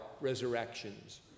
resurrections